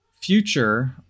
future